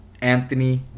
Anthony